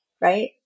right